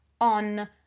on